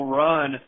run